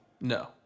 No